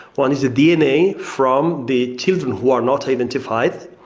one is the dna from the children who are not identified.